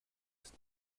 ist